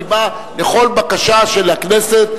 אני בא לכל בקשה של הכנסת,